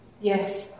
Yes